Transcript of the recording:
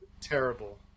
Terrible